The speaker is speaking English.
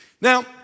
Now